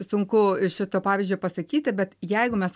sunku iš šito pavyzdžio pasakyti bet jeigu mes